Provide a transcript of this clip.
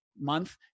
month